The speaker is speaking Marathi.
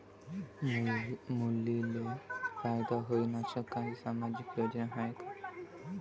मुलींले फायदा होईन अशा काही सामाजिक योजना हाय का?